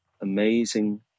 amazing